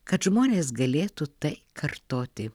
kad žmonės galėtų tai kartoti